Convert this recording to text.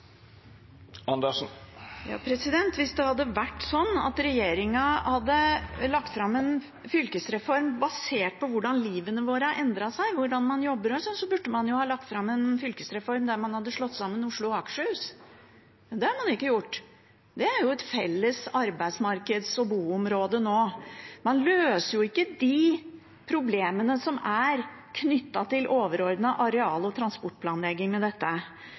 Hvis det hadde vært sånn at regjeringen hadde lagt fram en fylkesreform basert på hvordan livene våre har endret seg, hvordan man jobber, osv., burde man ha lagt fram en fylkesreform der man hadde slått sammen Oslo og Akershus. Det har man ikke gjort, men det er jo et felles arbeidsmarked og boområde nå. Man løser ikke problemene knyttet til overordnet areal- og transportplanlegging med dette,